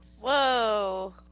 Whoa